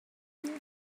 you